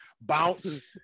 bounce